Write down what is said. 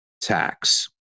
tax